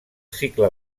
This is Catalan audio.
cicle